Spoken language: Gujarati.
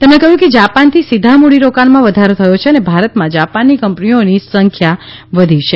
તેમણે કહયું કે જાપાનથી સીધા મુડીરોકાણમાં વધારો થયો છે અને ભારતમાં જાપાનની કંપનીઓની સંખ્યા વધી છે